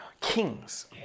kings